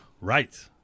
Right